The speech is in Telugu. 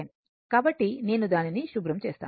కాబట్టి నేను దానిని శుభ్రం చేస్తాను